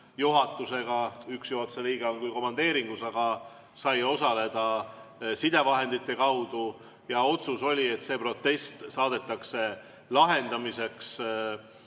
juhatusega. Üks juhatuse liige on küll komandeeringus, aga sai osaleda sidevahendite kaudu. Ja otsus oli, et see protest saadetakse lahendamiseks